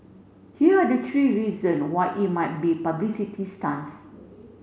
here are the three reason why it might be publicity stunts